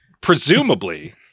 Presumably